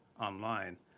online